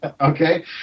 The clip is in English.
Okay